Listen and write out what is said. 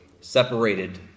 separated